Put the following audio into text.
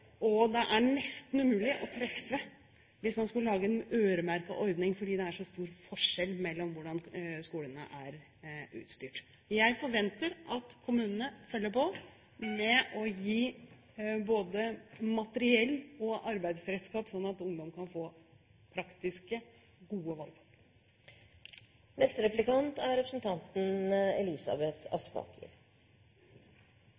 Det er nesten umulig å treffe hvis man skulle laget en øremerket ordning, fordi det er så stor forskjell på hvordan skolene er utstyrt. Jeg forventer at kommunene følger på med å gi både materiell og arbeidsredskap, slik at ungdom kan få praktiske, gode